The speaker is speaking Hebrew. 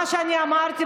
מה שאמרתי,